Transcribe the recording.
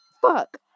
Fuck